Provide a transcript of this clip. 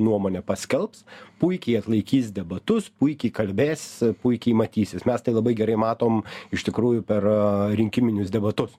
nuomonę paskelbs puikiai atlaikys debatus puikiai kalbės puikiai matysis mes tai labai gerai matom iš tikrųjų per rinkiminius debatus